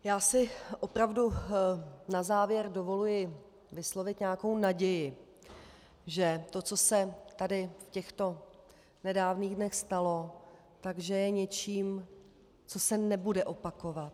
Já si opravdu na závěr dovoluji vyslovit nějakou naději, že to, co se tady v těchto nedávných dnech stalo, je něčím, co se nebude opakovat.